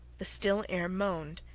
the still air moaned.